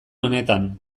honetan